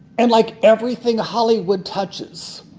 and like everything hollywood touches,